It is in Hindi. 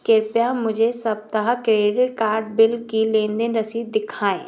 कृपया मुझे सप्ताह क्रेडिट कार्ड बिल की लेन देन रसीद दिखाएँ